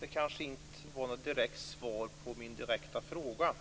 det kanske inte var ett svar på min direkta fråga.